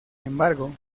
embargo